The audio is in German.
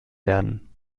werden